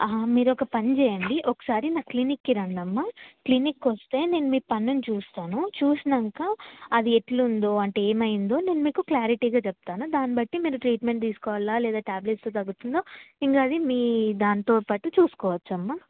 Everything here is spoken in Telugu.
మీరోక పని చేేయండి ఒకసారి నా క్లినిక్కి రండమ్మా క్లినిక్కి వస్తే నేను మీ పన్నుని చూస్తాను చూసాక అది ఎట్లుందో అంటే ఏమైందో నేను మీకు క్లారిటీగా చెప్తాను దాన్ని బట్టి మీరు ట్రీట్మెంట్ తీసుకోవాలా లేదా ట్యాబ్లెట్స్తో తగ్గుతుందో ఇంక అది మీ దాంతో పాటు చూసుకోవచ్చమ్మ